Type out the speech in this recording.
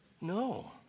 No